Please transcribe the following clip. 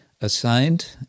assigned